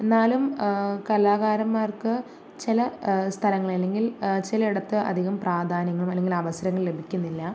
എന്നാലും കലാകാരന്മാര്ക്ക് ചില സ്ഥലങ്ങളില് അല്ലെങ്കില് ചിലയിടത്ത് അധികം പ്രാധാന്യങ്ങള് അല്ലെങ്കില് അവസരങ്ങള് ലഭിക്കുന്നില്ല